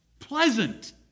Pleasant